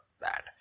bad